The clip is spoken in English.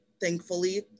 thankfully